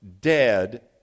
dead